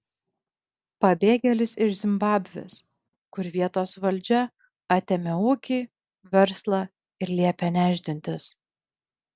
pabėgėlis iš zimbabvės kur vietos valdžia atėmė ūkį verslą ir liepė nešdintis